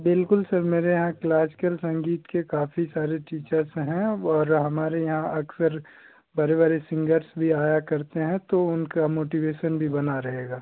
बिल्कुल सर मेरे यहाँ क्लासिकल संगीत के काफ़ी सारे टीचर्स हैं और हमारे यहाँ अक्सर बड़े बड़े सिंगर्स भी आया करते हैं तो उनका मोटिवेशन भी बना रहेगा